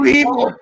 evil